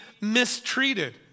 mistreated